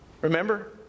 Remember